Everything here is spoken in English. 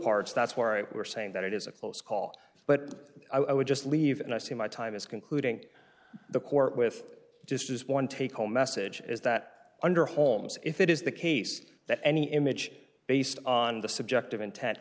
parts that's why we're saying that it is a close call but i would just leave and i see my time as concluding the court with just as one take home message is that under homes it is the case that any image based on the subjective intent